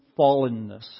fallenness